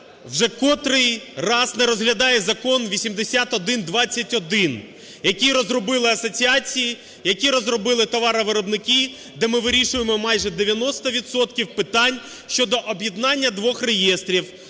вже котрий раз не розглядає Закон 8121, який розробили асоціації, який розробили товаровиробники, де ми вирішуємо майже 90 відсотків питань щодо об'єднання двох реєстрів: